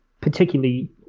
particularly